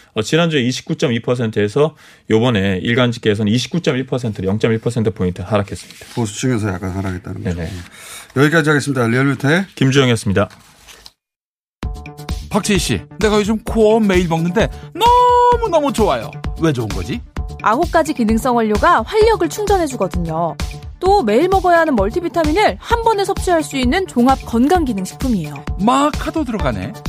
어, 지난주에 29.2%에서 요번에 일간 집계에서는 29.1%로 0.1% 포인트 하락했습니다. 보수층에서 약간 하락했다는 거죠. 네, 네. 네. 여기까지 하겠습니다. 리얼미터의 김주영이었습니다. 박지희 씨, 내가 요즘 코어 매일 먹는데 너무너무 좋아요. 왜 좋은 거지? 아홉 가지 기능성 원료가 활력을 충전해주거든요. 또 매일 먹어야 하는 멀티비타민을 한 번에 섭취할 수 있는 종합 건강기능식품이에요. 마카도 들어가네.